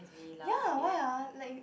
ya why ah like